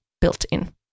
built-in